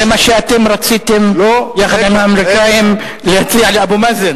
זה מה שאתם רציתם יחד עם האמריקנים להציע לאבו מאזן.